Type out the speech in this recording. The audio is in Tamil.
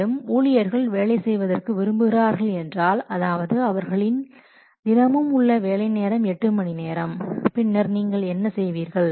மேலும் ஊழியர்கள் வேலை செய்வதற்கு விரும்புகிறார்கள் என்றால் அதாவது அவர்களின் தினமும் உள்ள வேலை நேரம் எட்டு மணி நேரம் பின்னர் நீங்கள் என்ன செய்வீர்கள்